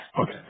Okay